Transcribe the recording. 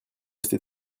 resté